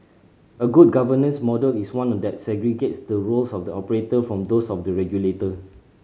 a good governance model is one that segregates the roles of the operator from those of the regulator